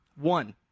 one